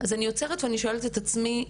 אז אני עוצרת ואני שואלת את עצמי,